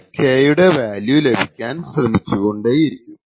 അയാൾ K യുടെ value ലഭിക്കാൻ ശ്രമിച്ചുകൊണ്ടേയിരിക്കും